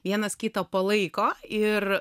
vienas kitą palaiko ir